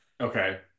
okay